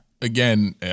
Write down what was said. Again